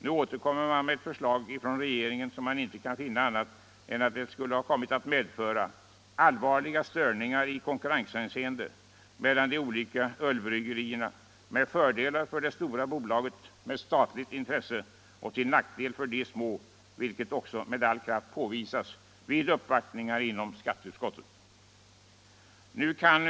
Nu återkommer regeringen med ett förslag som — jag kan inte finna annat — måste medföra allvarliga störningar i konkurrenshänseende mellan de olika ölbryggerierna, med fördelar för det stora bolaget med statligt intresse och nackdelar för de små, vilket också med all kraft påvisats vid uppvaktningar inom skatteutskottet.